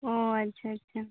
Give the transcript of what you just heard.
ᱚᱸᱻ ᱟᱪᱪᱷᱟ ᱟᱪᱪᱷᱟ